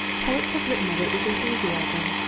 poets have written of it with enthusiasm,